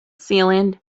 sealant